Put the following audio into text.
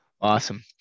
Awesome